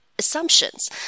assumptions